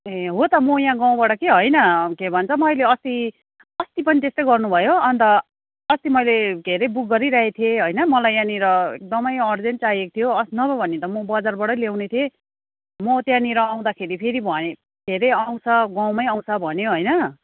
ए हो त म यहाँ गाउँबाट कि होइन के भन्छ मैले अस्ति अस्ति पनि त्यस्तै गर्नुभयो अन्त अस्ति मैले के अरे बुक गरिरहेको थिएँ होइन मलाई यहाँनिर एकदमै अर्जेन्ट चाहिएको थियो अस नभए भने त म बजारबाटै ल्याउने थिएँ म त्यहाँनिर आउँदाखेरि फेरि भन्यो के अरे आउँछ गाउँमै आउँछ भन्यो होइन